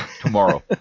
tomorrow